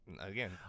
again